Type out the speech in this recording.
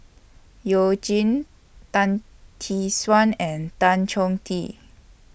YOU Jin Tan Tee Suan and Tan Chong Tee